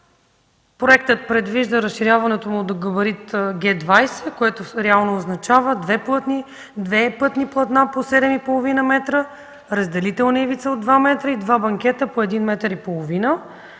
Проектът предвижда разширяването му до габарит Г 20, което реално означава 2 пътни платна по 7,5 м, разделителна ивица от 2 м и два банкета от по 1,5 м,